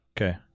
Okay